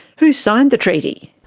who signed the treaty?